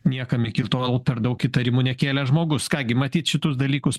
niekam iki tol per daug įtarimų nekėlęs žmogus ką gi matyt šitus dalykus